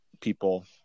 people